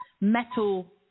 metal